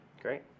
great